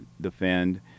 defend